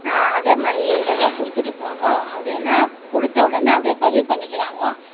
அதே மாதிரி இதெல்லாம் கொடுத்துட்டு போங்கோ அப்படின்னு கொடுத்த உடனே அப்படியே பதிவு பண்ணிக்கிறாங்க